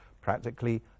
Practically